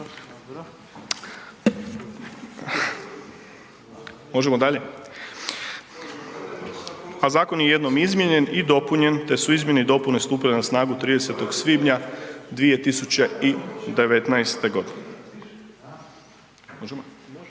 Možemo dalje? A zakon je jednom izmijenjen i dopunjen te su izmjene i dopune stupile na snagu 30. svibnja 2019. g. Možemo?